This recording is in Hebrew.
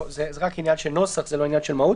זה רק עניין של נוסח, זה לא עניין של מהות.